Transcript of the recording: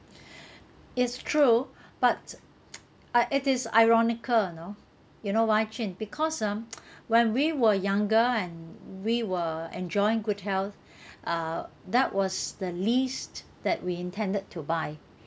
it's true but it is ironical you know you why change because ah when we were younger and we were enjoying good health uh that was the least that we intended to buy